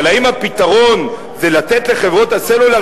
אבל האם הפתרון זה לתת לחברות הסלולר